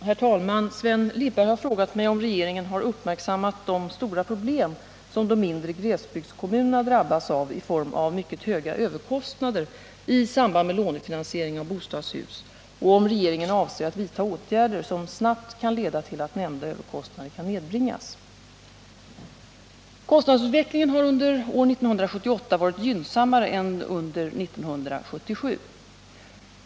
Herr talman! Sven Lindberg har frågat mig om regeringen har uppmärksammat de stora problem som de mindre glesbygdskommunerna drabbats av i form av mycket höga överkostnader i samband med lånefinansiering av bostadshus och om regeringen avser att vidta åtgärder som snabbt kan leda till att nämnda överkostnader kan nedbringas. Kostnadsutvecklingen har under år 1978 varit gynnsammare än under år 1977.